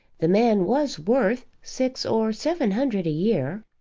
the man was worth six or seven hundred a year,